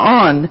on